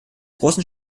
großen